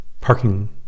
parking